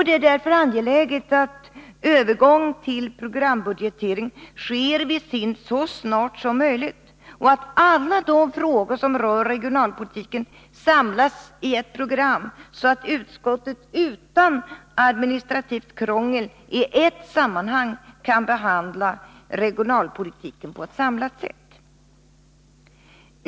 Det är därför angeläget att övergång till programbudgetering sker vid SIND så snart som möjligt och att alla de frågor som rör regionalpolitiken samlas i ett program, så att utskottet utan administrativt krångel, i ett sammanhang, kan behandla regionalpolitiken på ett samlat sätt.